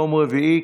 יום רביעי,